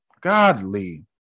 Godly